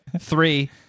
Three